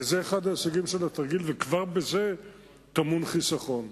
זה אחד ההישגים של התרגיל, וכבר בזה טמון חיסכון.